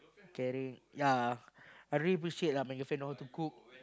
caring ya I really put it straight lah my girlfriend know how to cook